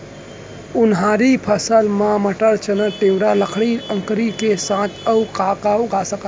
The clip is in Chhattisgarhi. उनहारी फसल मा मटर, चना, तिंवरा, लाखड़ी, अंकरी के साथ अऊ का का उगा सकथन?